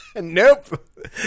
nope